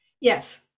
Yes